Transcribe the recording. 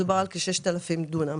מדובר על כ-6,000 דונם.